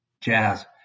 jazz